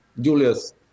Julius